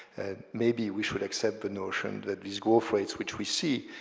and maybe we should accept the notion that these growth rates which we see,